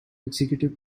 executive